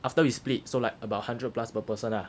after we split so like about hundred plus per person lah